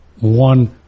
one